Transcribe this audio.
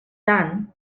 tant